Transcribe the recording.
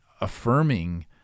affirming